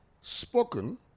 spoken